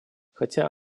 хотя